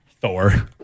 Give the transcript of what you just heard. Thor